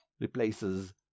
replaces